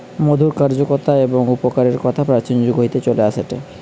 মধুর কার্যকতা এবং উপকারের কথা প্রাচীন যুগ হইতে চলে আসেটে